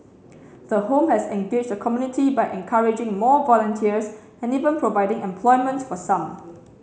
the home has engaged the community by encouraging more volunteers and even providing employment for some